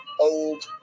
old